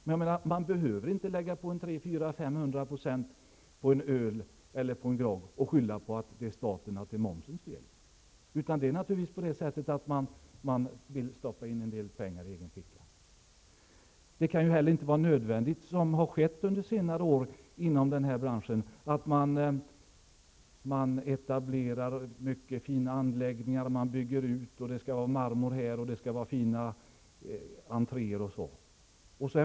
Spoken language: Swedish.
Men om man lägger på uppåt 500 % på priset på en öl eller en grogg skall man inte skylla på staten och säga att det är momsens fel. Här vill man naturligtvis stoppa en del pengar i egen ficka. Det kan heller inte vara nödvändigt att bete sig så som har skett under senare år inom denna bransch. Mycket fina anläggningar byggs upp. Man bygger ut, det skall vara marmor, fina entréer osv.